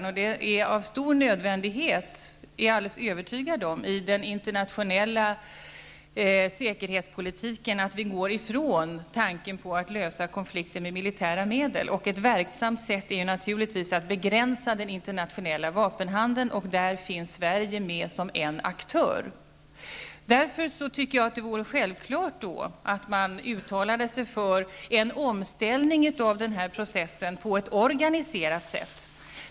Och det är av stor nödvändighet, det är jag alldeles övertygad om, i den internationella säkerhetspolitiken att vi går ifrån tanken att lösa konflikter med militära medel. Ett verksamt sätt är naturligtvis att begränsa den internationella vapenhandeln, och där finns Sverige med som en aktör. Därför tycker jag att det borde vara självklart att man uttalade sig för en omställning av denna process på ett organiserat sätt.